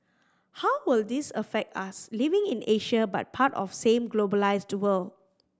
how will this affect us living in Asia but part of same globalised world